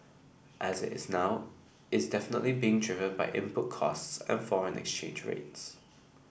as it's now is definitely being driven by input costs and foreign exchange rates